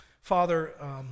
Father